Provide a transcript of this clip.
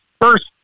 first